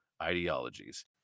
Ideologies